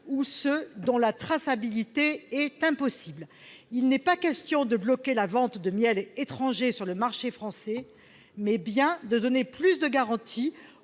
ou ceux dont la traçabilité est impossible. Il n'est pas question de bloquer la vente de miel étranger sur le marché français, mais bien de donner plus de garanties